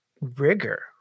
rigor